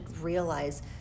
realize